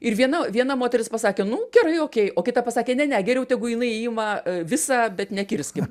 ir viena viena moteris pasakė nu gerai okei o kita pasakė ne ne geriau tegu jinai ima visą bet nekirskim